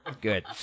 Good